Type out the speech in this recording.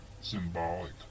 symbolic